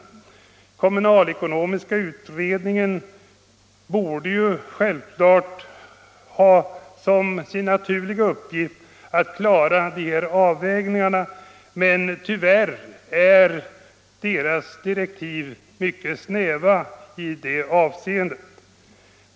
Den kommunalekonomiska utredningen borde självklart ha som sin naturliga uppgift att klara sådana avvägningar, men tyvärr är dess direktiv mycket snäva i det avseendet.